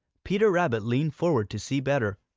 peter rabbit leaned forward to see better.